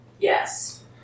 Yes